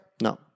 No